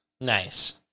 Nice